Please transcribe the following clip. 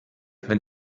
wenn